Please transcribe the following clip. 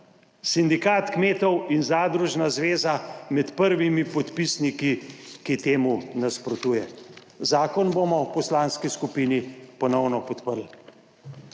Sindikat kmetov in Zadružna zveza med prvimi podpisniki, ki temu nasprotujejo. Zakon bomo v poslanski skupini ponovno podprli.